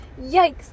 Yikes